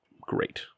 great